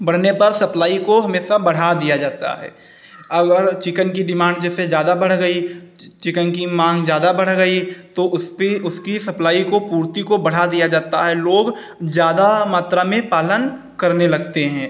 बढ़ने पर सप्लाई को हमेशा बढ़ा दिया जाता है अगर चिकन की डिमाण्ड जैसे ज़्यादा बढ़ गई चिकन की माँग ज़्यादा बढ़ गई तो उसपे उसकी सप्लाई को पूर्ति को बढ़ा दिया जाता है लोग ज़्यादा मात्रा में पालन करने लगते हैं